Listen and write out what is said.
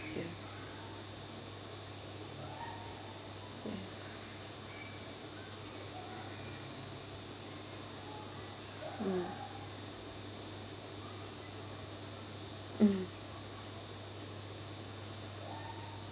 ya mm mm